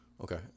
Okay